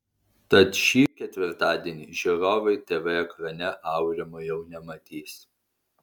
tad šį ketvirtadienį žiūrovai tv ekrane aurimo jau nematys